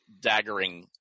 daggering